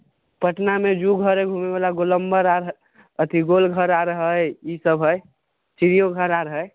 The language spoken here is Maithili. पटनामे जू घर हइ घुमे बाला गोलंबर आर हइ अथी गोलघर आर हइ ई सब हइ चिड़ियोघर आर हइ